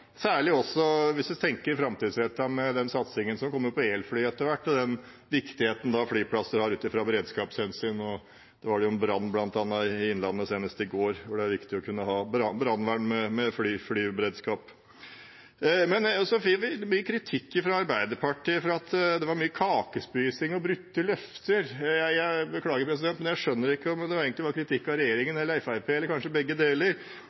hvis man tenker framtidsrettet på den satsingen som kommer på elfly etter hvert, og på hvor viktig flyplasser er ut fra beredskapshensyn. Blant annet var det senest i går en brann i Innlandet, og det er viktig å kunne ha brannvern med flyberedskap. Vi fikk mye kritikk fra Arbeiderpartiet for at det var mye kakespising og brutte løfter. Jeg beklager, men jeg skjønner ikke om det egentlig var kritikk av regjeringen, Fremskrittspartiet eller kanskje begge deler.